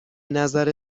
نظر